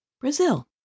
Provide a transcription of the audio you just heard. Brazil